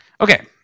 Okay